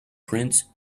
prince